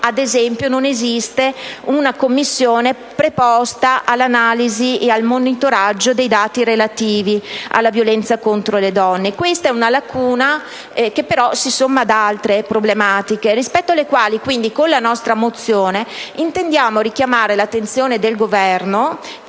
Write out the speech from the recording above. esempio - una commissione preposta all'analisi e al monitoraggio dei dati relativi alla violenza contro le donne. Si tratta di una lacuna che però si somma ad altre problematiche, rispetto alle quali con la nostra mozione intendiamo richiamare l'attenzione del Governo -